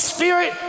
Spirit